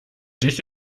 dich